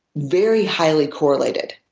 very highly correlated.